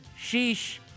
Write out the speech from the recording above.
sheesh